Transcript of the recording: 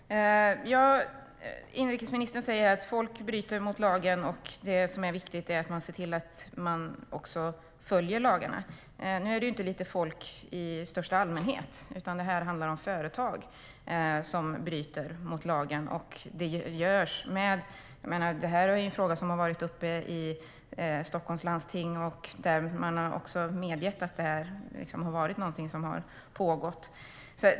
Herr talman! Inrikesministern säger att folk bryter mot lagen och att det viktiga är att se till att lagarna följs. Nu är det inte folk i största allmänhet vi talar om, utan det handlar om företag som bryter mot lagen. Det här är en fråga som har varit uppe i Stockholms landsting, och man har medgett att det är någonting som har pågått.